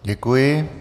Děkuji.